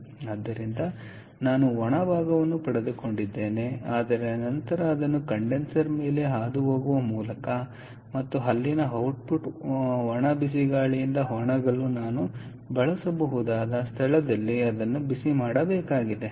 ಆದ್ದರಿಂದ ನಾನು ಒಣ ಭಾಗವನ್ನು ಪಡೆದುಕೊಂಡಿದ್ದೇನೆ ಆದರೆ ನಂತರ ಅದನ್ನು ಕಂಡೆನ್ಸರ್ ಮೇಲೆ ಹಾದುಹೋಗುವ ಮೂಲಕ ಮತ್ತು ಅಲ್ಲಿನ ಔಟ್ಪುಟ್ ಒಣ ಬಿಸಿ ಗಾಳಿಯಿಂದ ಒಣಗಲು ನಾನು ಬಳಸಬಹುದಾದ ಸ್ಥಳದಲ್ಲಿ ಅದನ್ನು ಬಿಸಿ ಮಾಡಬೇಕಾಗಿದೆ